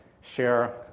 share